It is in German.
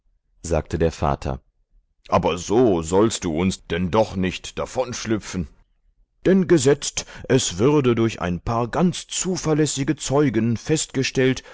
sagte der vater aber so sollst du uns denn doch nicht davonschlüpfen denn gesetzt es würde durch ein paar ganz zuverlässige zeugen festgestellt